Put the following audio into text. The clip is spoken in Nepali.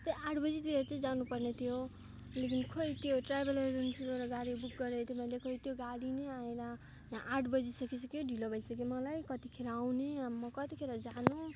यस्तै आठ बजेतिर चाहिँ जानु पर्ने थियो लेकिन खोइ त्यो ट्राभल एजेन्सीबाट गाडी बुक गरेको थियो मैले खोइ त्यो गाडी नै आएन यहाँ आठ बजि सकिसक्यो ढिलो भइसक्यो मलाई कतिखेर आउने अब म कतिखेर जानु